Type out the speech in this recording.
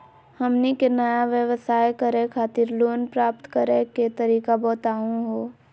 हमनी के नया व्यवसाय करै खातिर लोन प्राप्त करै के तरीका बताहु हो?